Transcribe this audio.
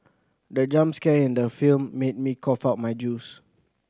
the jump scare in the film made me cough out my juice